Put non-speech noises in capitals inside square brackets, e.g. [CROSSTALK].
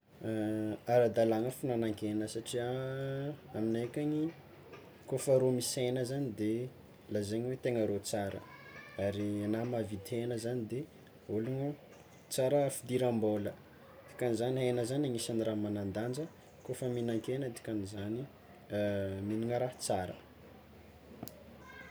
[HESITATION] Ara-dalagna fihignanan-kegna satria aminay akagny kôfa rô misy hegna zany de lazaina hoe tegna rô tsara ary ana mahavidy hegna zany de ologno tsara fidirambôla dikan'izany hegna zany isan'ny raha magnandanja kôfa mihinankegna dikan'izany mihinana raha tsara.